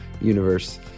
universe